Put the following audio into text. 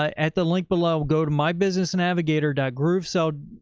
ah at the link below, go to my business navigator dot groove. so.